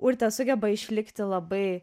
urtė sugeba išlikti labai